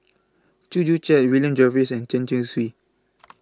Chew Joo Chiat William Jervois and Chen Chong Swee